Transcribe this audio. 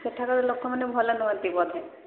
ସେଠାର ଲୋକମାନେ ଭଲ ନୁହନ୍ତି ବୋଧେ